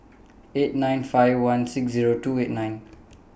eight nine six five one six Zero two eight nine